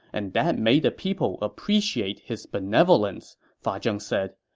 and that made the people appreciate his benevolence, fa zheng said.